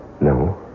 No